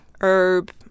herb